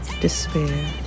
despair